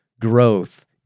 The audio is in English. growth